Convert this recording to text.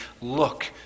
Look